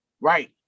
Right